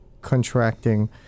contracting